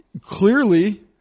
clearly